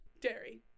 Dairy